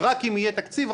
רק אם יהיה תקציב,